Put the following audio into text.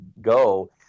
go